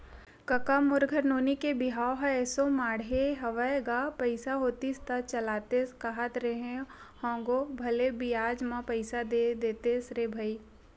कका मोर घर नोनी के बिहाव ह एसो माड़हे हवय गा पइसा होतिस त चलातेस कांहत रेहे हंव गो भले बियाज म पइसा दे देतेस रे भई